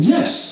Yes